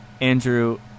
Andrew